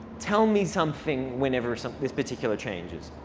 tell me something whenever so there's particular changes.